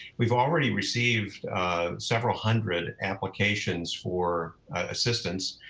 we've already received several hundred applications for assistance.